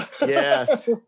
Yes